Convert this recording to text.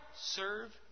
serve